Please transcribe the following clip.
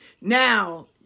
now